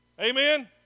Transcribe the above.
Amen